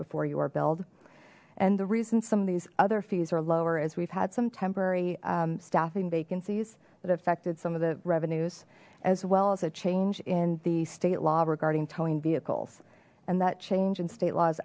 before you are billed and the reason some of these other fees are lower is we've had some temporary staffing vacancies that affected some of the revenues as well as a change in the state law regarding towing vehicles and that change in state laws